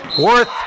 Worth